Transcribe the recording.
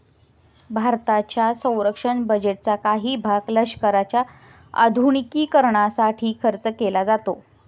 भारताच्या संरक्षण बजेटचा काही भाग लष्कराच्या आधुनिकीकरणासाठी खर्च केला जातो